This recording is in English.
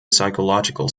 psychological